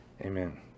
Amen